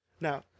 now